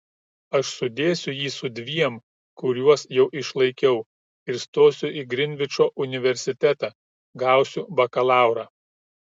aš sudėsiu jį su dviem kuriuos jau išlaikiau ir stosiu į grinvičo universitetą gausiu bakalaurą